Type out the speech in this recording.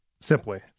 simply